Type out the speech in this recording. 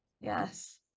yes